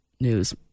News